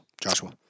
Joshua